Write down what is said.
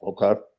Okay